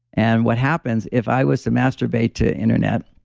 and what happens if i was to masturbate to internet,